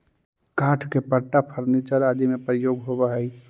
काष्ठ के पट्टा फर्नीचर आदि में प्रयोग होवऽ हई